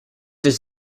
does